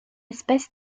espèce